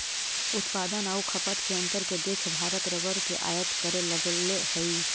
उत्पादन आउ खपत के अंतर के देख के भारत रबर के आयात करे लगले हइ